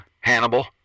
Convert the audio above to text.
Hannibal